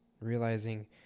realizing